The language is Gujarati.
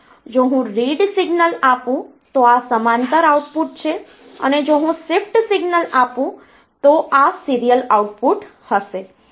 જો હું રીડ સિગ્નલ આપું તો આ સમાંતર આઉટપુટ છે અને જો હું શિફ્ટ સિગ્નલ આપું તો આ સીરીયલ આઉટપુટ હશે